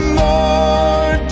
more